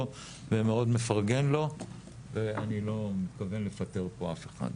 ומאוד מפרגן לו ואני לא מתכוון לפטר פה אף אחד,